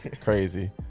crazy